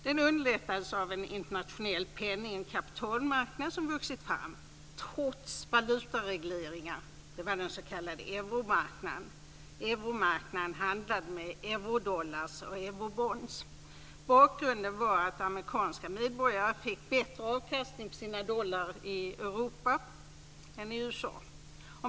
Den underlättades av en internationell penning och kapitalmarknad som vuxit fram trots valutaregleringar, den s.k. euromarknaden. Euromarknaden handlade med eurodollars och eurobonds. Bakgrunden var att amerikanska medborgare fick bättre avkastning på sina dollar i Europa än i USA.